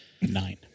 Nine